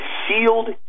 sealed